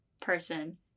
person